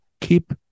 keep